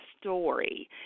story